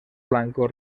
blanco